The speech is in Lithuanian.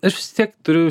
aš vis tiek turiu